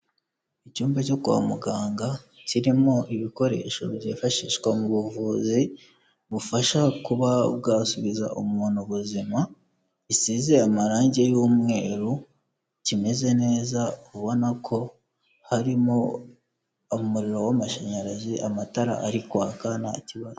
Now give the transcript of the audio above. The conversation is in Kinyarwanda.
Icyumba cyo kwa muganga kirimo ibikoresho byifashishwa mu buvuzi bufasha kuba bwasubiza umuntu ubuzima, isize amarange y'umweru, kimeze neza ubona ko harimo umuriro w'amashanyarazi amatara ari kwaka nta kibazo.